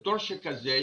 בתואר שכזה,